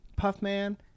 Puffman